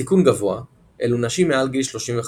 סיכון גבוה- אלו נשים מעל גיל 35,